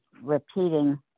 repeating